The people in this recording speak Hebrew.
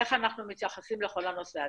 איך אנו מתייחסים לכל הנושא הזה.